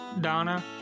Donna